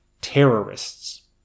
terrorists